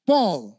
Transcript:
Paul